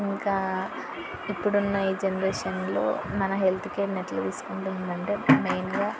ఇంకా ఇప్పుడున్న ఈ జనరేషన్లో మన హెల్త్ కేర్ని ఎట్లా తీసుకుంటుంది అంటే మెయిన్గా